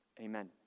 Amen